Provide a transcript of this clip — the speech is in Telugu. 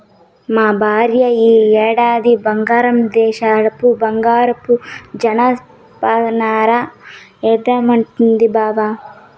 మా భార్య ఈ ఏడాది బంగ్లాదేశపు బంగారు జనపనార ఏద్దామంటాంది బావ